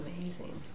amazing